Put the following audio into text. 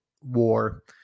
war